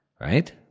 right